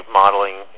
modeling